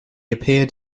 appeared